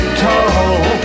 tall